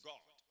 God